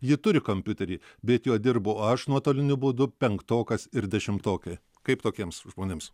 ji turi kompiuterį bet juo dirbu aš nuotoliniu būdu penktokas ir dešimtokė kaip tokiems žmonėms